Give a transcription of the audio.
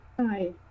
Hi